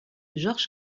georges